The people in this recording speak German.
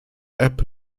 app